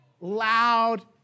loud